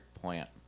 plant